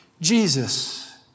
Jesus